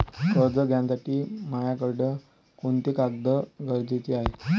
कर्ज घ्यासाठी मायाकडं कोंते कागद गरजेचे हाय?